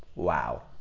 wow